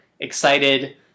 excited